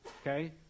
okay